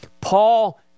Paul